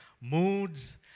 moods